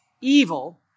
evil